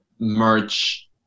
merch